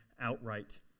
outright